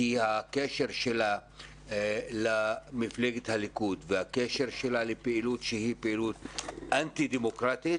כי הקשר שלה למפלגת הליכוד והקשר שלה לפעילות אנטי דמוקרטית